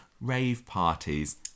rave-parties